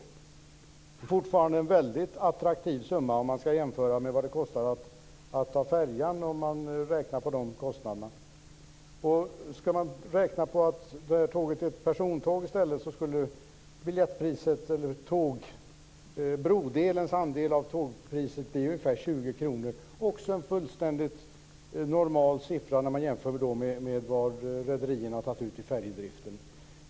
Det är fortfarande en väldigt attraktiv summa jämfört med vad det kostar att ta färjan. Om man tänker sig att det i stället rör sig om ett persontåg, så skulle brodelens andel av tågpriset bli ungefär 20 kr. Det är också en fullständigt normal siffra om man jämför med vad rederierna har tagit ut för färjedriften.